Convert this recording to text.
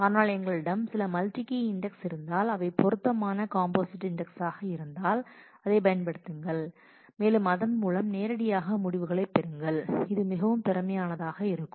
ஆனால் எங்களிடம் சில மல்டி கீ இன்டெக்ஸ் இருந்தால் அவை பொருத்தமான காம்போசிட் இன்டெக்ஸ் ஆக இருந்தால் அதைப் பயன்படுத்துங்கள் மேலும் அதன் மூலம் நேரடியாக முடிவுகளைப் பெறுங்கள் இது மிகவும் திறமையாக இருக்கும்